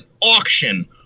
auction